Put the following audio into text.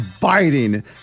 biting